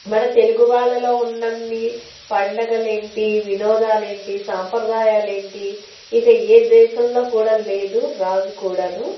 మన తెలుగు వాళ్ళలో ఉన్నన్ని పండుగలు ఏంటి వినోదాలు ఏంటి సాంప్రదాయాలు ఏంటి ఇక ఏ దేశంలో కూడా లేదు రాదు కూడాను